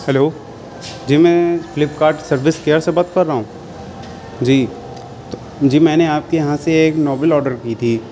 hello جی میں Flipkart service care سے بات کر رہا ہوں جی جی میں نے آپ کے یہاں سے ایک ناول آڈر کی تھی